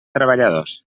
treballadors